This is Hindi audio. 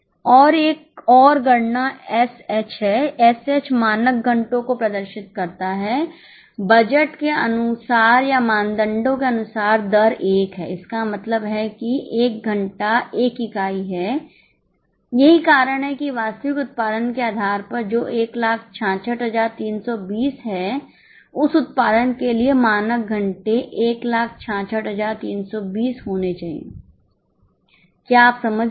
और एक और गणना एसएच मानक घंटों को प्रदर्शित करता है बजट के अनुसार या मानदंडों के अनुसार दर 1 है इसका मतलब है कि 1 घंटा 1 इकाई है यही कारण है कि वास्तविक उत्पादन के आधार पर जो 166320 है उस उत्पादन के लिए मानक घंटे 166320 होने चाहिए क्या आप समझ रहे हैं